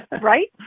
Right